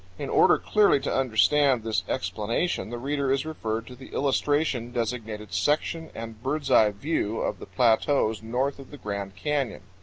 in order clearly to understand this explanation the reader is referred to the illustration designated section and bird's-eye view of the plateaus north of the grand canyon.